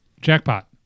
Jackpot